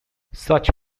such